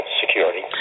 security